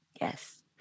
Yes